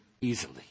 easily